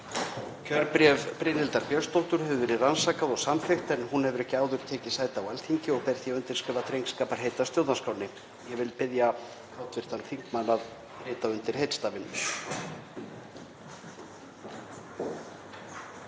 Kjörbréf Brynhildar Björnsdóttur hefur verið rannsakað og samþykkt en hún hefur ekki áður tekið sæti á Alþingi og ber því að undirskrifa drengskaparheit að stjórnarskránni. Ég vil biðja hv. þingmann að rita undir heitstafinn.